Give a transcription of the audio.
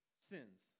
sins